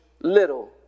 little